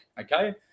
okay